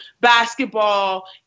basketball